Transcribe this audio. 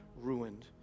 ruined